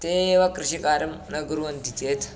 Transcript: ते एव कृषिकार्यं न कुर्वन्ति चेत्